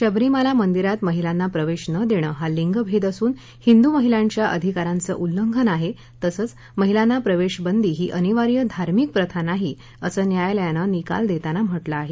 शबरीमाला मंदिरात महिलांना प्रवेश नं देणं हा लिंग भेद असून हिंदू महिलांच्या अधिकारांचं उल्लंघन आहे तसंच महिलांना प्रवेशबंदी ही अनिवार्य धार्मिक प्रथा नाही असं न्यायालयाने निकाल देताना म्हटलं आहे